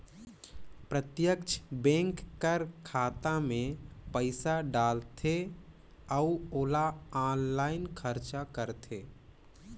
प्रत्यक्छ बेंक कर खाता में पइसा डालथे अउ ओला आनलाईन खरचा करथे